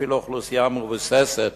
ואפילו אוכלוסייה מבוססת